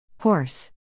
horse